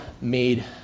made